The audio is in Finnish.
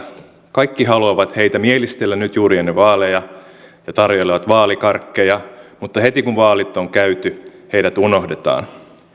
kaikki haluavat heitä mielistellä nyt juuri ennen vaaleja ja tarjoilevat vaalikarkkeja mutta heti kun vaalit on käyty heidät unohdetaan